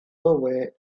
way